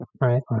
Right